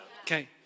Okay